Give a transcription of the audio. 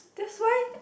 that's why